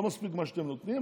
לא מספיק מה שאתם נותנים,